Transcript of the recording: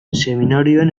seminarioan